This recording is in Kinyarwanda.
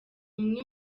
umwe